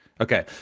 Okay